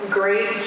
great